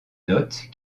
notes